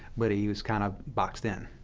but he was kind of boxed in.